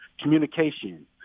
Communication